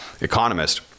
economist